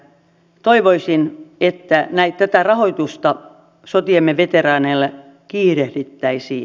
toivoisin että tätä rahoitusta sotiemme veteraaneille kiirehdittäisiin